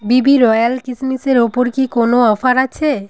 বিবি royal কিশমিশের ওপর কি কোনো অফার আছে